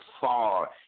far